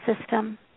system